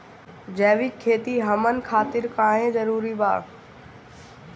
जैविक खेती हमन खातिर काहे जरूरी बा?